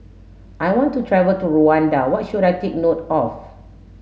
I want to travel to Rwanda what should I take note of